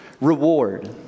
reward